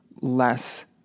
less